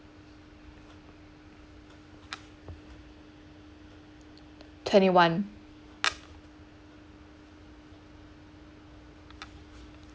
twenty one